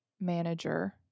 manager